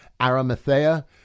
Arimathea